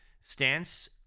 stance